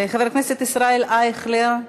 חבר הכנסת ישראל אייכלר,